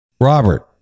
Robert